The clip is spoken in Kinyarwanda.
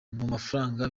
mafaranga